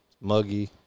muggy